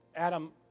Adam